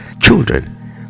children